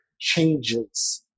changes